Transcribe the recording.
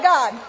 God